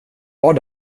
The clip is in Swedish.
var